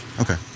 Okay